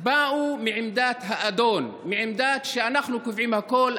באו מעמדת האדון, מעמדה של: אנחנו קובעים הכול,